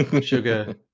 sugar